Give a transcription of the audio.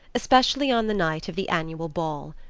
especially on the night of the annual ball.